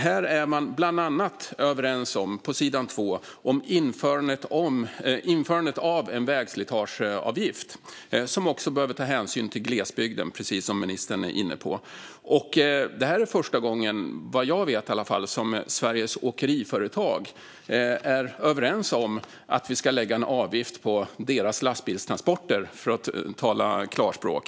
Här är man bland annat överens om - på sidan 2 - införandet av en vägslitageavgift som också behöver ta hänsyn till glesbygden, precis som ministern var inne på. Detta är första gången, såvitt jag vet, som Sveriges Åkeriföretag är överens om att vi ska lägga en avgift på deras lastbilstransporter, för att tala klarspråk.